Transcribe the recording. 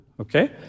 okay